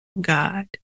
god